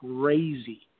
crazy